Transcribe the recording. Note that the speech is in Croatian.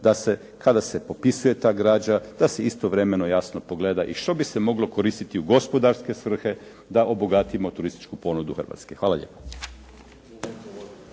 da se kada se popisuje ta građa da se istovremeno jasno pogleda i što bi se moglo koristiti u gospodarske svrhe da obogatimo turističku ponudu Hrvatske. Hvala lijepa.